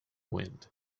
wind